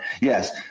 Yes